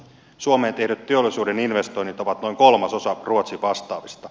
suomeen tehdyt teollisuuden investoinnit ovat noin kolmasosa ruotsin vastaavista